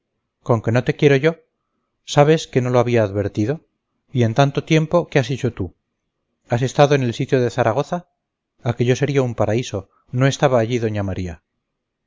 con que no te quiero yo sabes que no lo había advertido y en tanto tiempo qué has hecho tú has estado en el sitio de zaragoza aquello sería un paraíso no estaba allí doña maría